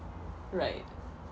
right